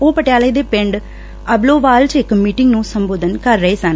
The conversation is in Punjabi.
ਉਹ ਪਟਿਆਲੇ ਦੇ ਪਿੰਡ ਅਬਲੋਵਾਲ ਚ ਇਕ ਮੀਟਿੰਗ ਨੂੰ ਸੰਬੋਧਨ ਕਰ ਰਹੇ ਸਨ